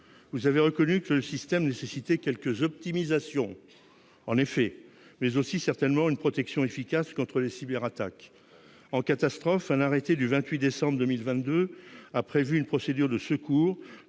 Vous avez reconnu que le système nécessitait quelques optimisations- en effet !-, mais aussi une protection efficace contre les cyberattaques. En catastrophe, un arrêté du 28 décembre 2022 a prévu une procédure de secours,